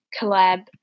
collab